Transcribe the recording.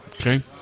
Okay